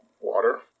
Water